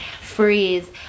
Freeze